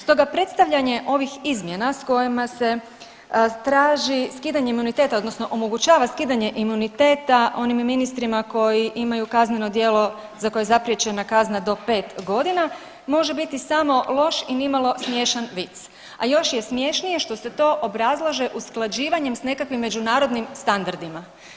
Stoga predstavljanje ovih izmjena s kojima se traži skidanje imuniteta, odnosno omogućava skidanje imuniteta onim ministrima koji imaju kazneno djelo za koje je zapriječena kazna do 5 godina, može biti samo loš i nimalo smiješan vic, a još je smješnije što se to obrazlaže usklađivanjem s nekakvim međunarodnim standardima.